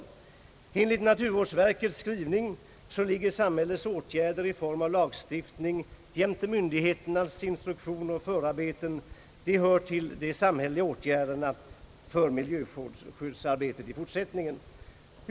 Enligt naturvårdsverket hör lagstiftning jämte myndigheternas instruktioner och förarbeten till de samhälleliga åtgärderna för miljöskyddsarbetet i fortsättningen.